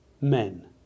Men